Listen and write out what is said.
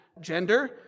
gender